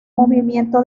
movimiento